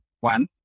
one